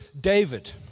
David